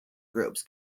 groups